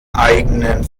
eigenen